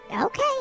Okay